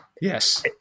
Yes